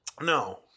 No